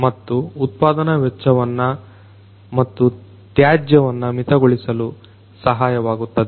ಮತ್ತು ಉತ್ಪಾದನ ವೆಚ್ಚವನ್ನ ಮತ್ತು ತ್ಯಾಜ್ಯವನ್ನ ಮಿತಗೊಳಿಸಲು ಸಹಾಯವಾಗುತ್ತದೆ